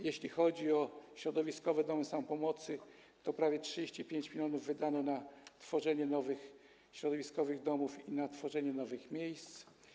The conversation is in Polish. Jeśli chodzi o środowiskowe domy samopomocy, to prawie 35 mln wydano na tworzenie nowych środowiskowych domów i na tworzenie nowych miejsc.